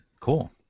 Cool